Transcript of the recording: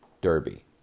DERBY